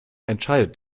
entscheidet